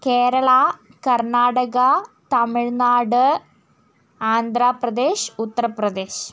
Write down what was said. Kerala Karnataka Tamil Nadu Andhra Pradesh Uttar Pradesh